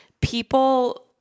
people